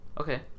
Okay